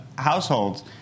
households